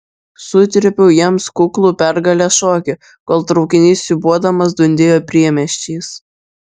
sutrypiau jiems kuklų pergalės šokį kol traukinys siūbuodamas dundėjo priemiesčiais